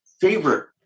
favorite